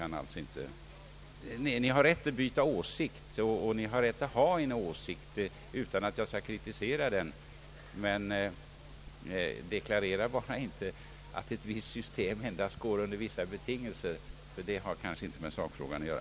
Ni har rätt att byta åsikt och ha en åsikt utan att jag skall kritisera den. Men deklarera bara inte att ett visst system endast är möjligt under vissa betingelser, ty det har kanske inte med sakfrågan att göra.